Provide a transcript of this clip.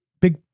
big